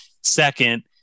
Second